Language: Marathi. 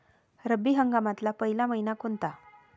रब्बी हंगामातला पयला मइना कोनता?